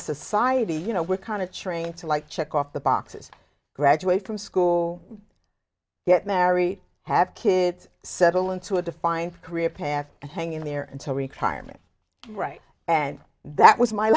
society you know we're kind of trained to like check off the boxes graduate from school get married have kids settle into a defined career path and hang in there until retirement right and that was my